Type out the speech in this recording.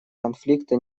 конфликта